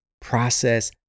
Process